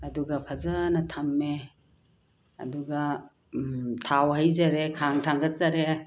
ꯑꯗꯨꯒ ꯐꯖꯅ ꯊꯝꯃꯦ ꯑꯗꯨꯒ ꯊꯥꯎ ꯍꯩꯖꯔꯦ ꯈꯥꯡ ꯊꯥꯡꯒꯠꯆꯔꯦ